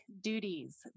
duties